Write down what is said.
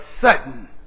sudden